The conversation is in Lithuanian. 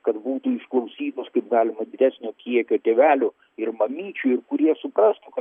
kad būtų išklausytos kaip galima didesnio kiekio tėvelių ir mamyčių ir kurie suprastų kad